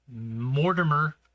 Mortimer